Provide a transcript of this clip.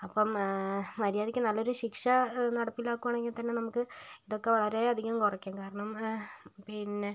അപ്പം മര്യാദക്ക് നല്ലൊരു ശിക്ഷ നടപ്പിലാകുകയാണെങ്കിൽ തന്നെ നമുക്ക് ഇതൊക്കെ വളരെ അധികം കുറക്കും കാരണം പിന്നെ